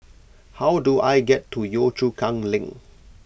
how do I get to Yio Chu Kang Link